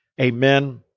Amen